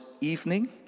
evening